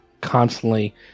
constantly